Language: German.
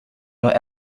nur